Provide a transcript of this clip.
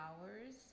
hours